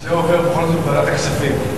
כשזה עובר בכל זאת בוועדת הכספים,